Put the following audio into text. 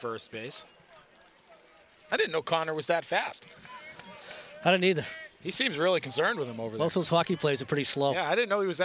first base i don't know connor was that fast i don't need he seems really concerned with him over those hockey players are pretty slow i didn't know he was